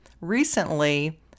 Recently